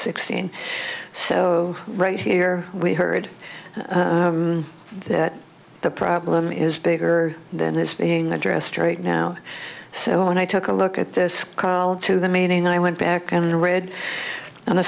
sixteen so right here we heard that the problem is bigger than this being addressed right now so when i took a look at this call to the meaning i went back and read